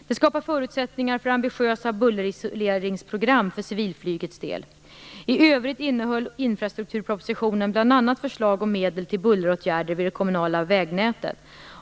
Detta skapar förutsättningar för ambitiösa bullerisoleringsprogram för civilflygets del. I övrigt innehöll infrastrukturpropositionen bl.a. förslag om medel till bulleråtgärder vid det kommunala vägnätet.